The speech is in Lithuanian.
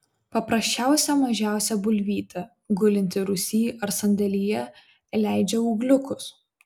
paprasčiausia mažiausia bulvytė gulinti rūsy ar sandėlyje leidžia ūgliukus